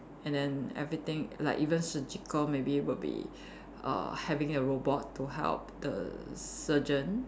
and then everything like even surgical maybe will be err having a robot to help the surgeon